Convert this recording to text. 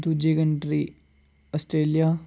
दूजी country Australia